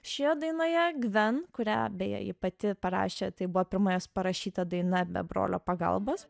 šioje dainoje gven kurią beje ji pati parašė tai buvo pirma jos parašyta daina be brolio pagalbos